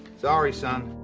sorry son,